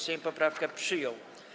Sejm poprawki przyjął.